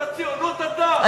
אתה ציונות אתה?